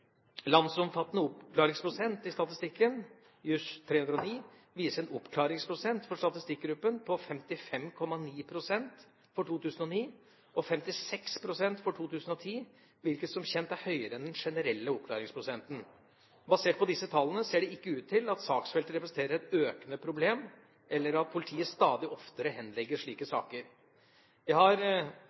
Landsomfattende oppklaringsprosent i statistikken JUS 309 viser en oppklaringsprosent for statistikkgruppen på 55,9 for 2009 og 56 for 2010, hvilket som kjent er høyere enn den generelle oppklaringsprosenten. Basert på disse tallene ser det ikke ut til at saksfeltet representerer et økende problem, eller at politiet stadig oftere henlegger slike saker. Jeg har ikke ansett meg sjøl i risikogruppen for «pumpestikk», men har